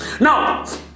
now